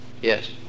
Yes